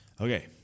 Okay